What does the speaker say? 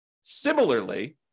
Similarly